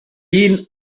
been